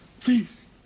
Please